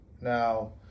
Now